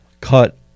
cut